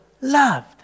Loved